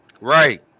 Right